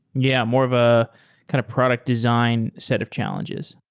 yeah. more of a kind of product design set of challenges.